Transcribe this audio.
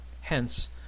hence